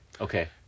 Okay